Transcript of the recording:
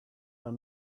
are